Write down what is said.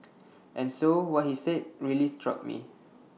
and so what he said really struck me